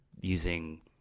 using